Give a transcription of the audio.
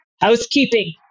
housekeeping